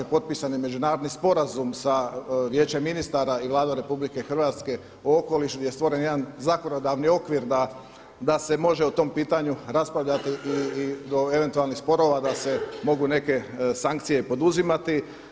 Potpisan je Međunarodni sporazum sa Vijećem ministara i Vladom RH o okolišu gdje je stvoren jedan zakonodavni okvir da se može o tom pitanju raspravljati i do eventualnih sporova da se mogu neke sankcije poduzimati.